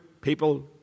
people